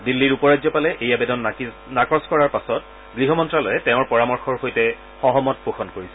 দিল্লীৰ উপ ৰাজ্যপালে এই আবেদন নাকচ কৰাৰ পাছত গৃহ মন্ত্যালয়ে তেওঁৰ পৰামৰ্শৰ সৈতে সহমত পোষণ কৰিছিল